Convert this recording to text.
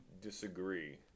disagree